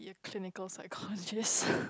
yea clinical psychologist